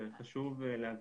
זה חשוב להבהיר.